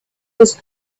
his